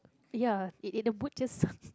ya it it the boot just